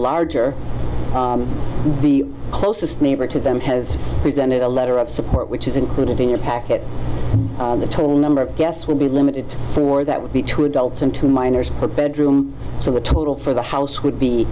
larger the closest neighbor to them has presented a letter of support which is included in your package the total number of guests will be limited for that would be two adults and two minors per bedroom so the total for the house would be